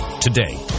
today